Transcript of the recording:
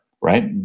right